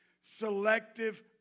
selective